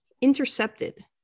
intercepted